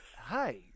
hi